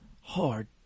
hard